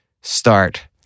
start